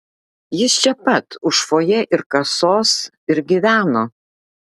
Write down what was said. jis čia pat už fojė ir kasos ir gyveno